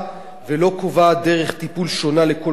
ולא קובעת דרך טיפול שונה לכל קבוצה,